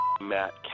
Matt